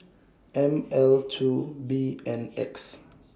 M L two B N X